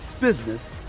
business